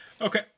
Okay